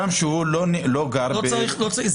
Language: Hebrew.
למה לא גם לשר המשפטים?